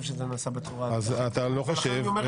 שזה נעשה בצורה הזו ולכן אני אומר את דעתי.